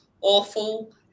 awful